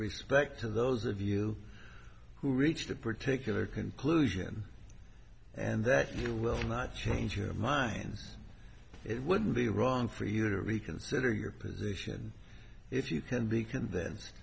respect to those of you who reached a particular conclusion and that you will not change your mind it wouldn't be wrong for you to reconsider your position if you can be convinced